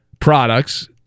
products